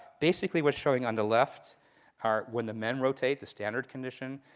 basically, what's showing on the left are when the men rotate, the standard condition.